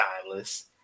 timeless